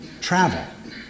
travel